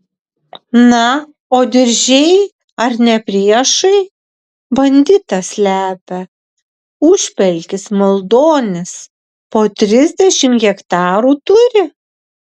na o diržiai ar ne priešai banditą slepia užpelkis maldonis po trisdešimt hektarų turi